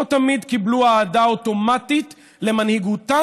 לא תמיד קיבלו אהדה אוטומטית למנהיגותן.